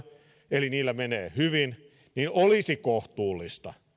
eli niillä menee hyvin olisi kohtuullista